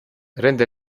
rende